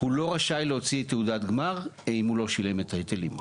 הוא לא רשאי להוציא תעודת גמר אם הוא לא שילם את ההיטלים.